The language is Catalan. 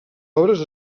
obres